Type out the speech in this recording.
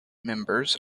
members